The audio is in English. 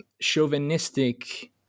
chauvinistic